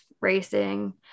racing